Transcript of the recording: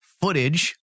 footage